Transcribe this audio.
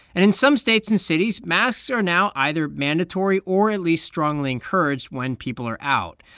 and in some states and cities, masks are now either mandatory or at least strongly encouraged when people are out.